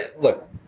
Look